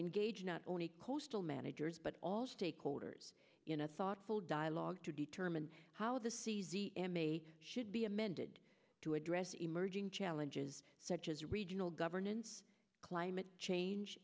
engage not only coastal managers but all stakeholders in a thoughtful dialogue to determine how the c m a should be amended to address emerging challenges such as regional governance climate change